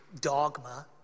dogma